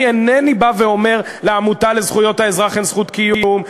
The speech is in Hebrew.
אני אינני בא ואומר: לעמותה לזכויות האזרח אין זכות קיום,